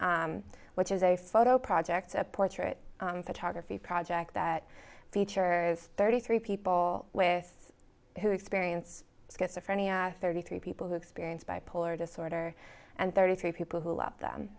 project which is a photo project a portrait photography project that features thirty three people with who experience schizophrenia thirty three people who experience bipolar disorder and thirty three people who love them